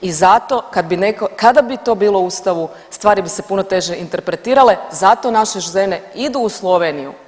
I zato kada bi to bilo u ustavu stvari bi se puno teže interpretirale zato naše žene idu u Sloveniju.